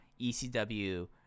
ECW